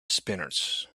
spinners